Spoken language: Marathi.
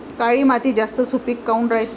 काळी माती जास्त सुपीक काऊन रायते?